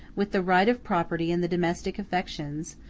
with the right of property and the domestic affections,